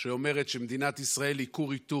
שאומרת שמדינת ישראל היא כור היתוך,